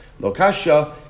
Lokasha